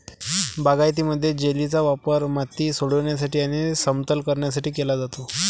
बागायतीमध्ये, जेलीचा वापर माती सोडविण्यासाठी आणि समतल करण्यासाठी केला जातो